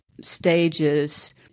stages